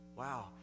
wow